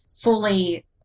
fully